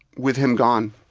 with him gone.